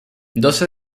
doce